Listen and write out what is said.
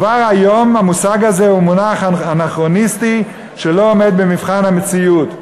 כבר היום המושג הזה הוא מונח אנכרוניסטי שלא עומד במבחן המציאות.